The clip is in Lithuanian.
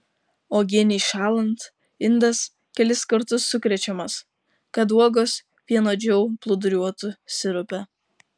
uogienei šąlant indas kelis kartus sukrečiamas kad uogos vienodžiau plūduriuotų sirupe